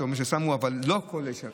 שאתה אומר ששמו אבל לא הכול יש שם,